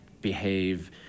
behave